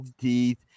teeth